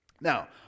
Now